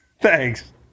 Thanks